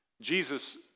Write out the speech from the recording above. Jesus